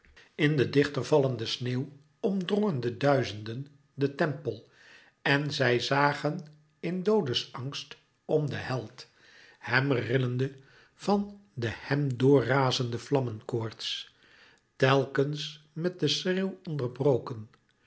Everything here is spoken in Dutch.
in de dichter vallende sneeuw omdrongen de duizenden den tempel en zij zagen in doodes angst om den held hem rillende van den hem doorrazenden vlammenkoorts telkens met den schreeuwonderbroken